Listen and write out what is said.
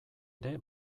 ere